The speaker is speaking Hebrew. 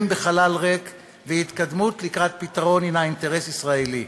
בחלל ריק והתקדמות לקראת פתרון היא אינטרס ישראלי.